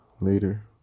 later